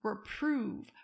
reprove